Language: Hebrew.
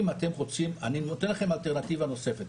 אם אתם רוצים אני נותן לכם אלטרנטיבה נוספת,